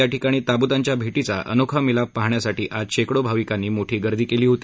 या ठिकाणी ताब्तांच्या भेटीचा अनोखा मिलाफ पाहण्यासाठी आज शेकडो भाविकांनी मोठी गर्दी केली होती